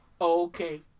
Okay